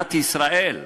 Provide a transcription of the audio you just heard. במדינת ישראל,